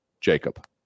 Jacob